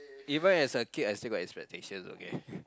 even as a kid I still got expectation okay